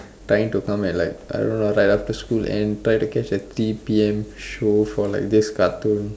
trying to come back like I don't know it's like after school end try to catch the three P_M show for like this cartoon